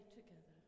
together